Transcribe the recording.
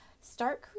start